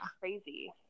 Crazy